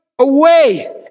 away